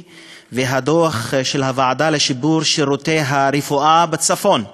והדוח של הוועדה לשיפור שירותי הרפואה בצפון.